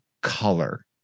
color